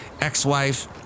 ex-wife